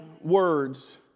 words